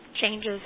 changes